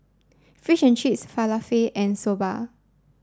fish and Cheese Falafel and Soba